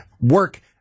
work